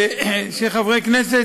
חברי הכנסת,